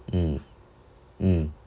mm mm